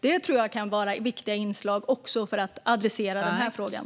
Det tror jag kan vara viktiga inslag för att adressera frågan.